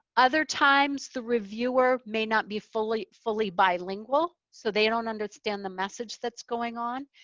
other times the reviewer may not be fully fully bilingual. so they don't understand the message that's going on.